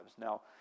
Now